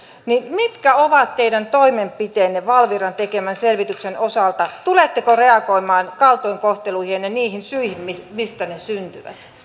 mitkä ovat teidän toimenpiteenne valviran tekemän selvityksen osalta tuletteko reagoimaan kaltoinkohteluihin ja niihin syihin mistä ne syntyvät